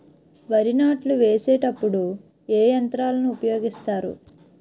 వరి నాట్లు వేసేటప్పుడు ఏ యంత్రాలను ఉపయోగిస్తారు?